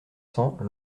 cents